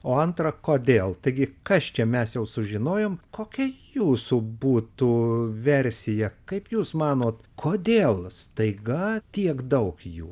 o antra kodėl taigi kas čia mes jau sužinojome kokie jūsų būtų versija kaip jūs manote kodėl staiga tiek daug jų